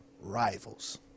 rivals